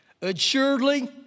Assuredly